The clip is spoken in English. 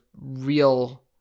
real